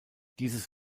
dieses